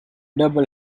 double